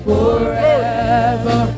Forever